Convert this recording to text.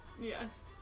Yes